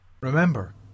Remember